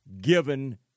given